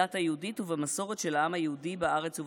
בדת היהודית ובמסורת של העם היהודי בארץ ובתפוצות.